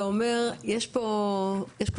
אתה אומר שיש פה צורך,